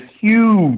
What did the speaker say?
huge